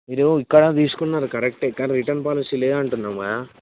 మీరు ఇక్కడ తీసుకున్నారు కరెక్ట్ కానీ రిటర్న్ పాలసీ లేదు అంటున్నాం కదా